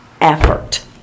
effort